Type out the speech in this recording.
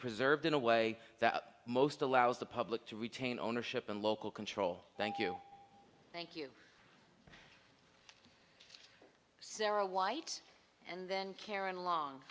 preserved in a way that most allows the public to retain ownership and local control thank you thank you so are white and then karen long